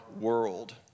world